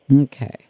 Okay